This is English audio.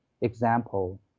example